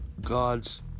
gods